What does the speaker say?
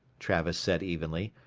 travis said evenly,